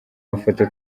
mafoto